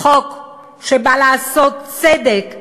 חוק שבא לעשות צדק,